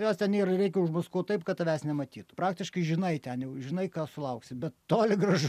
jos ten yra reikia užmaskuot taip kad tavęs nematytų praktiškai žinai ten jau žinai ką sulauksi bet toli gražu